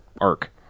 arc